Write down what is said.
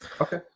Okay